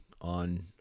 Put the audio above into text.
on